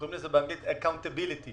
קוראים לזה באנגלית accountability.